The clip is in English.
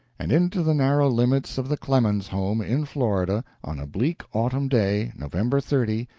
and into the narrow limits of the clemens home in florida, on a bleak autumn day november thirty,